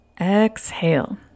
Exhale